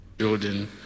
building